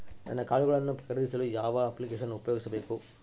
ನಾನು ಕಾಳುಗಳನ್ನು ಖರೇದಿಸಲು ಯಾವ ಅಪ್ಲಿಕೇಶನ್ ಉಪಯೋಗಿಸಬೇಕು?